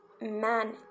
man